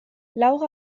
laura